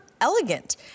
elegant